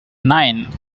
nine